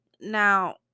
now